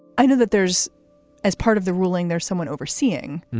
i know that there's as part of the ruling, there's someone overseeing.